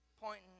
pointing